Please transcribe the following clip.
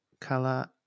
color